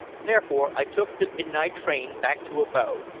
therefore i took the midnight train back to abo,